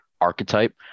archetype